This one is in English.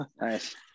Nice